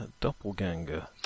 doppelganger